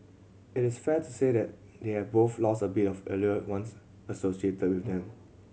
it is fair to say that they have both lost a bit of allure once associated with them